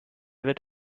wird